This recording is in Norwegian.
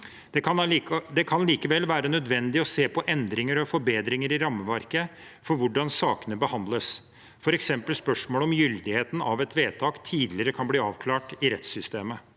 Det kan likevel være nødvendig å se på endringer og forbedringer i rammeverket for hvordan sakene behandles, f.eks. når det gjelder spørsmålet om hvorvidt gyldigheten av et vedtak tidligere kan bli avklart i rettssystemet.